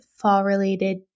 fall-related